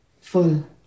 full